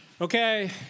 Okay